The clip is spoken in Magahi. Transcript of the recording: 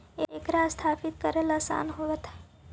एकरा स्थापित करल आसान होब हई